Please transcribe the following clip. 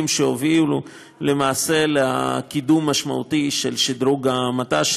שהובילו לקידום משמעותי של שדרוג המט"ש,